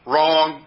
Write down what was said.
Wrong